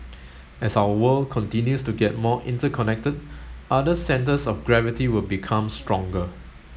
as our world continues to get more interconnected other centres of gravity will become stronger